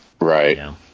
Right